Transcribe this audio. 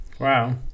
Wow